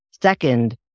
Second